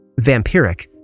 vampiric